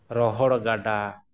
ᱨᱚᱦᱚᱲ ᱜᱟᱰᱟ